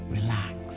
Relax